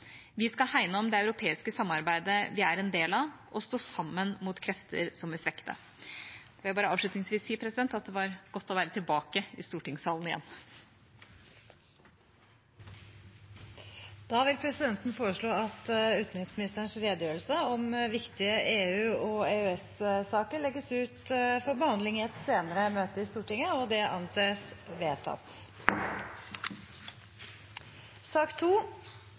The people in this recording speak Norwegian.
Vi skal hegne om det europeiske samarbeidet vi er en del av, og stå sammen mot krefter som vil svekke det. – Jeg vil avslutningsvis si at det var godt å være tilbake i stortingssalen igjen! Presidenten foreslår at utenriksministerens redegjørelse om viktige EU/EØS-saker legges ut for behandling i et senere møte i Stortinget. – Det anses vedtatt.